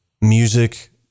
music